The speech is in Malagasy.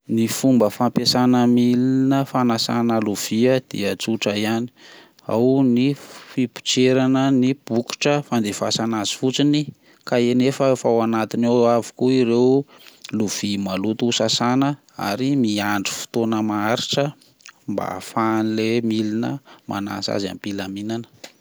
Ny fomba fampiasana milina fanasana lovia dia tsotra ihany, ao ny fipotserana bokotra fandefasana azy fotsiny ka ny- efa efa ao anatiny ao avokoa ireo lovia maloto sasana ary miandry fotoana maharitra mba ahafahany le milina manasa azy am-pilaminana.